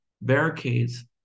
barricades